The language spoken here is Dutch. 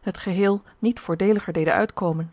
het geheel niet voordeeliger deden uitkomen